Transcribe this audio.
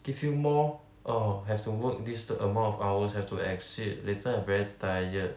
give you more orh have to work this amount of hours have to exceed later I very tired